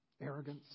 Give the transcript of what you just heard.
arrogance